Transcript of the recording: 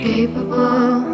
Capable